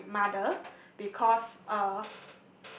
my mother because uh